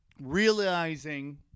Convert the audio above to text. realizing